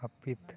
ᱦᱟᱹᱯᱤᱫ